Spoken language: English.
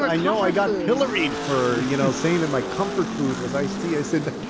i know. i got pilloried for. you know, saying that my comfort food was iced tea. i said,